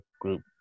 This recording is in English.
group